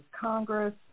Congress